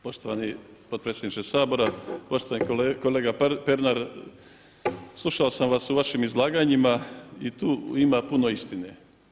Poštovani potpredsjedniče Sabora, poštovani kolega Pernar slušao sam vas u vašim izlaganjima i tu ima puno istine.